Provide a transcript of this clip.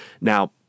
Now